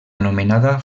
anomenada